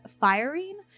firing